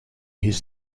his